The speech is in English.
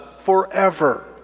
forever